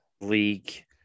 League